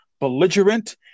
belligerent